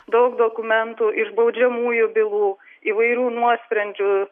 daug dokumentų iš baudžiamųjų bylų įvairių nuosprendžių